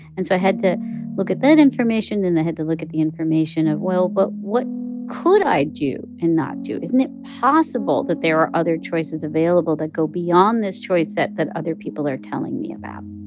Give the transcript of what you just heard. and so i had to look at that information. and i had to look at the information of, well, but what could i do and not do? isn't it possible that there are other choices available that go beyond this choice that that other people are telling me about